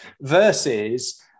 versus